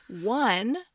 One